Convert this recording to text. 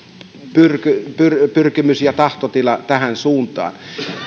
pyrkimys pyrkimys ja tahtotila tähän suuntaan